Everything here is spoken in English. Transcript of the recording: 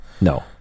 No